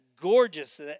gorgeous